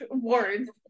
Words